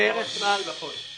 כן, בדיוק, הן החולי.